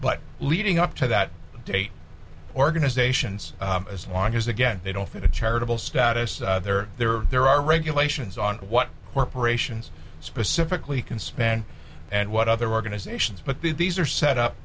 but leading up to that date organizations as long as they get they don't get a charitable status there there are there are regulations on what corporations specifically can span and what other organizations but these are set up